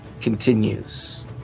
continues